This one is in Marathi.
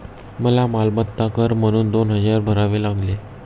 मला मालमत्ता कर म्हणून दोन हजार भरावे लागले